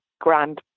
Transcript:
grand